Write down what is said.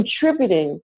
contributing